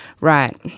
Right